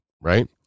right